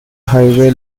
highway